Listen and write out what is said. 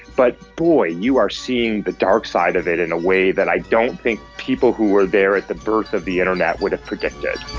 but boy, you are seeing the dark side of it in a way that i don't think people who were there at the birth of the internet would have predicted.